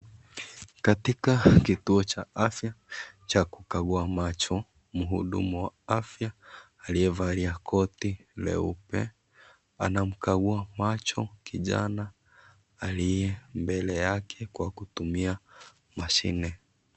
Katika kituo cha afya cha kukagua macho, mhudumu wa afya aliyevalia koti leupe, anamkagua macho kijana aliye mbele yake kwa kutumia mashine.